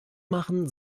machen